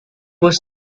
was